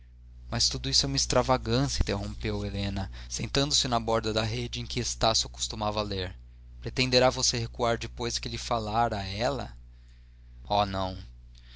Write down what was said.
mas tudo isso é uma extravagância interrompeu helena sentando-se na borda da rede em que estácio costumava ler pretenderá você recuar depois de lhe falar a ela oh não